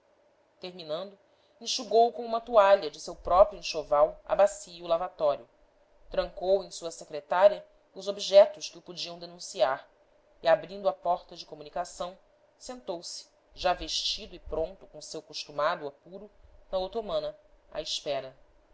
terminando enxugou com uma toalha de seu próprio enxoval a bacia e o lavatório trancou em sua secretária os objetos que o podiam denunciar e abrindo a porta de comunicação sentou-se já vestido e pronto com seu costumado apuro na otomana à espera